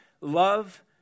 Love